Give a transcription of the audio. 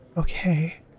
Okay